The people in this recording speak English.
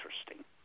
interesting